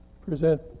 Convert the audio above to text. present